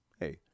Hey